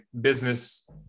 business